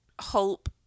hope